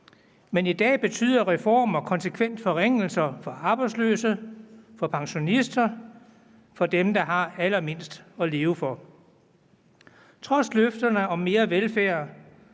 men i dag betyder reformer konsekvent forringelser for arbejdsløse, for pensionister, for dem, der har allermindst at leve for. Trods løfterne om mere velfærd